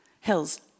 Hills